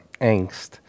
angst